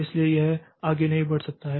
इसलिए यह आगे नहीं बढ़ सकता है